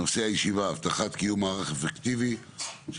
הישיבה הבטחת קיום מערך אפקטיבי של